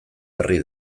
berri